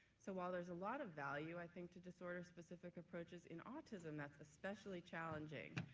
so while there's a lot of value, i think, to disorder-specific approaches, in autism that's especially challenging,